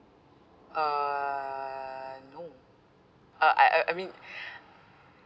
err no uh I I mean